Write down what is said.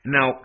Now